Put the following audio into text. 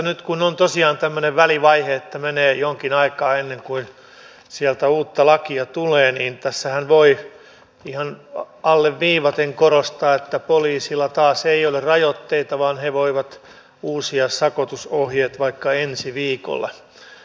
nyt kun on tosiaan tämmöinen välivaihe että menee jonkin aikaa ennen kuin sieltä uutta lakia tulee niin tässähän voi ihan alleviivaten korostaa että poliisilla taas ei ole rajoitteita vaan he voivat uusia sakotusohjeet vaikka ensi viikolla